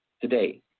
today